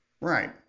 Right